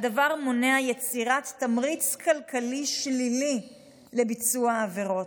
הדבר מונע יצירת תמריץ כלכלי שלילי לביצוע העבירות.